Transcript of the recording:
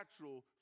natural